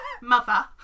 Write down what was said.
Mother